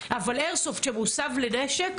אבל איירסופט שמוסב לנשק,